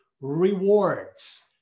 rewards